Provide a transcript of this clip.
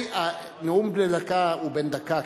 נאום בן דקה הוא בן דקה,